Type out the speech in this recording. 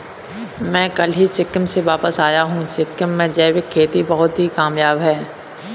मैं कल ही सिक्किम से वापस आया हूं सिक्किम में जैविक खेती बहुत कामयाब है